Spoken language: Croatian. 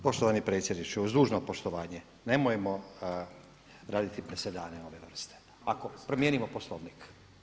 Poštovani predsjedniče, uz dužno poštovanje nemojmo raditi presedane ove vrste, promijenimo Poslovnik.